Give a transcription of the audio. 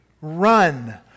run